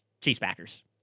Chiefs-Packers